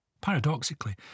Paradoxically